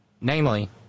Namely